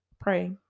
pray